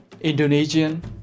Indonesian